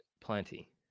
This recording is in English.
plenty